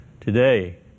today